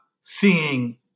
seeing